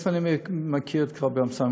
מאיפה אני מכיר את קובי אמסלם?